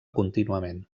contínuament